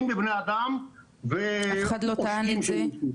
בבני אדם ו -- אף אחד לא טען את זה,